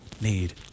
need